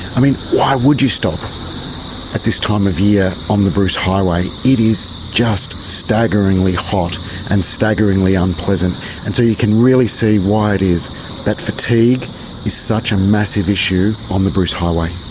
i mean, why would you stop at this time of year on the bruce highway? it is just staggeringly hot and staggeringly unpleasant. and so you can really see why it is that fatigue is such a massive issue on the bruce highway.